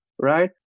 right